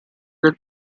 del